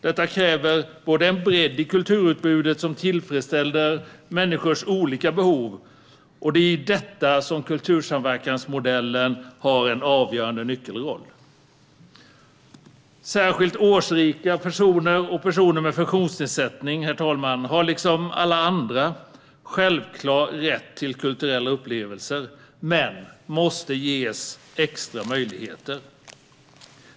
Detta kräver en bredd i kulturutbudet som tillfredsställer människors olika behov, och det är i detta som kultursamverkansmodellen har en avgörande nyckelroll. Särskilt årsrika människor och personer med funktionsnedsättning, herr talman, har liksom alla andra en självklar rätt till kulturella upplevelser - men måste ges extra möjligheter.